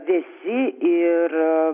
vėsi ir